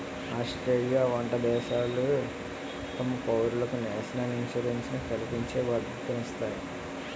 Australia వంట దేశాలు తమ పౌరులకు నేషనల్ ఇన్సూరెన్స్ ని కల్పించి భద్రతనందిస్తాయి